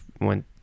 went